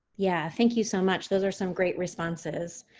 yeah thank you so much. those are some great responses,